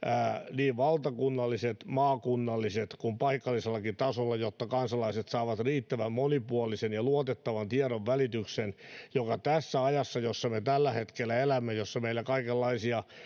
niin valtakunnallisesti maakunnallisesti kuin paikallisellakin tasolla jotta kansalaiset saavat riittävän monipuolisen ja luotettavan tiedonvälityksen tässä ajassa jossa me tällä hetkellä elämme jossa meillä kaikenlaisia